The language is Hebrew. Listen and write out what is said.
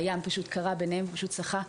הים קרע ביניהם והוא פשוט שחה.